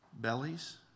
bellies